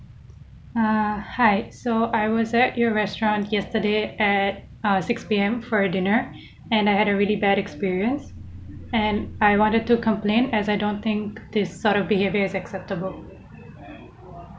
ah hi so I was at your restaurant yesterday at uh six P_M for a dinner and I had a really bad experience and I wanted to complain as I don't think this sort of behavior is acceptable